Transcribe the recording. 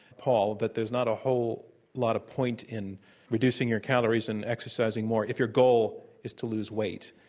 paul, that there's not a whole lot of point in reducing your calories and exercising more if your goal is to lose weight.